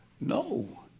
No